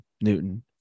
Newton